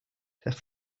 their